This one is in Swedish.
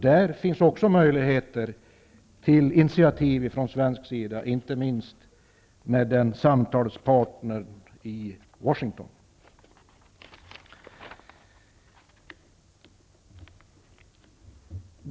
Där finns också möjligheter till initiativ från svensk sida, inte minst med samtalspartnern i Washington.